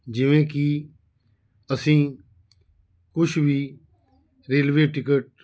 ਜਿਵੇਂ ਕਿ ਅਸੀਂ ਕੁਛ ਵੀ ਰੇਲਵੇ ਟਿਕਟ